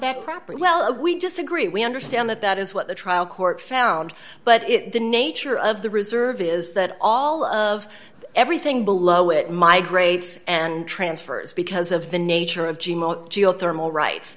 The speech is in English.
that property well we disagree we understand that that is what the trial court found but the nature of the reserve is that all of everything below it migrates and transfers because of the nature of geothermal rights